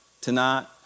tonight